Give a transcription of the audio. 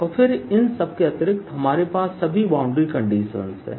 और फिर इन सबके अतिरिक्त हमारे पास सभी बाउंड्री कंडीशन हैं